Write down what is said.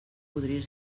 podrir